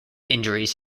injuries